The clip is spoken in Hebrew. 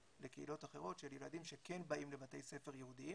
לקהילות אחרות של ילדים שכן באים לבתי ספר יהודיים